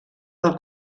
del